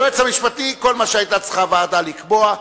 כל מה שהיתה הוועדה צריכה לקבוע,